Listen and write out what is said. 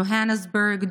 יוהנסבורג,